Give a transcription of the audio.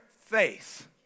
faith